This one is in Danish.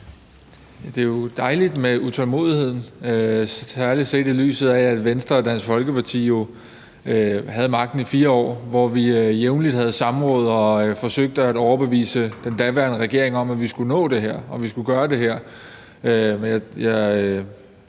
Det er jo dejligt med utålmodigheden, særlig set i lyset af at Venstre og Dansk Folkeparti havde magten i 4 år, hvor vi jævnligt havde samråd og forsøgte at overbevise den daværende regering om, at vi skulle gøre det her.